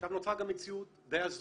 עכשיו נוצרה גם מציאות די הזויה,